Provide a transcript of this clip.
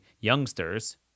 youngsters